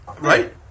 right